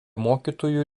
mokytojų